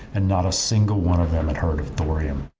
and not a single one of them had heard of thorium.